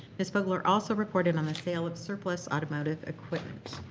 ms. bogler also reported on the sale of surplus automotive equipment.